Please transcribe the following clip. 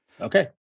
Okay